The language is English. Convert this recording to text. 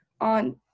on